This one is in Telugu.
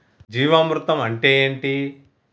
జీవామృతం అంటే ఏంటి?